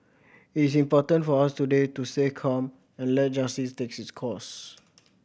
it is important for us today to stay calm and let justice take its course